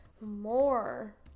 More